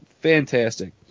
fantastic